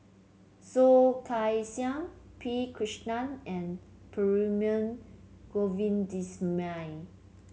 Soh Kay Siang P Krishnan and Perumal Govindaswamy